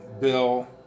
bill